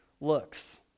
looks